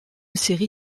série